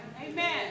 Amen